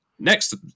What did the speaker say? next